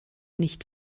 nicht